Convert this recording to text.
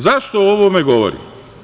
Zašto o ovome govorim?